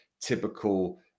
typical